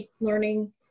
learning